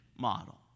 model